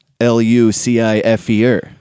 L-U-C-I-F-E-R